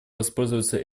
воспользоваться